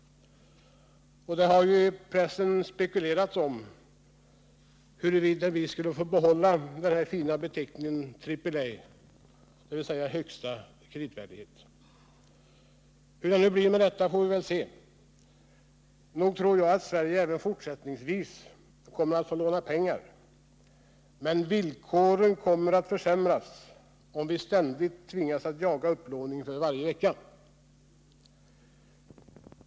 Det har i pressen spekulerats om huruvida vi skulle få behålla den fina beteckningen ”trippel A”, dvs. om man också i fortsättningen kommer att anse att vi har högsta kreditvärdighet. Hur det blir med detta får vi väl se. Nog tror jag att Sverige även fortsättningsvis kommer att få låna pengar. Men villkoren kommer att försämras, om vi ständigt är tvingade att jaga upplåning för varje vecka.